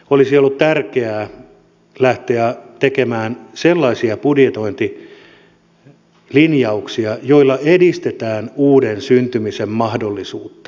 olisi ollut tärkeää lähteä tekemään sellaisia budjetointilinjauksia joilla edistetään uuden syntymisen mahdollisuutta